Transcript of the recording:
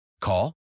call